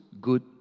good